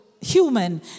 human